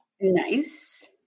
Nice